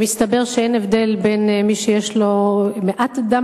שמסתבר שאין הבדל בין מי שיש לו מעט דם